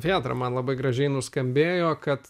vėtra man labai gražiai nuskambėjo kad